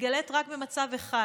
מתגלית רק במצב אחד: